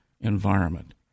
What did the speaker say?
environment